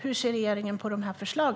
Hur ser regeringen på dessa förslag?